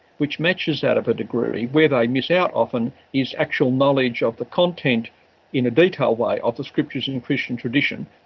which matches that of a degree. where they miss out often is actual knowledge of the content in a detailed way of the scriptures and christian tradition.